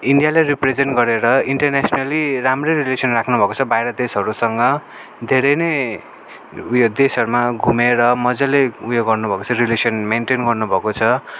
इन्डियालाई रिप्रेजेन्ट गरेर इन्टरनेसनली राम्रै रिलेसन राक्नु भएको छ बाहिर देशहरूसँग धेरै नै उयो देशहरूमा घुमेर मजाले उयो गर्नु भएको छ रिलेसन मेनटेन गर्नु भएको छ